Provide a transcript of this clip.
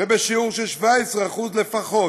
ועל שיעור של 17% לפחות